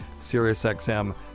SiriusXM